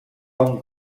una